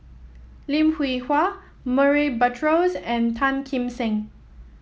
Lim Hwee Hua Murray Buttrose and Tan Kim Seng